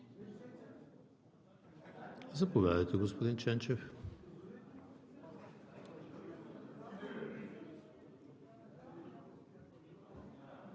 Заповядайте, господин Ченчев.